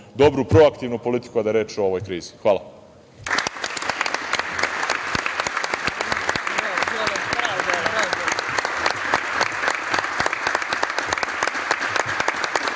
dobru proaktivnu politiku kada je reč o ovoj krizi. Hvala.